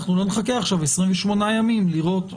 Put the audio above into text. אנחנו לא נחכה עכשיו 28 ימים לראות,